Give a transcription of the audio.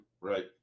Right